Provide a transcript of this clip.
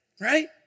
Right